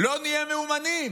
לא נהיה מאומנים.